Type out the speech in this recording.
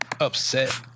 upset